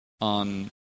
on